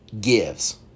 gives